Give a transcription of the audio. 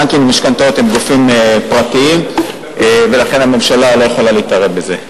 בנקים למשכנתאות הם גופים פרטיים ולכן הממשלה לא יכולה להתערב בזה.